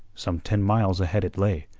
some ten miles ahead it lay,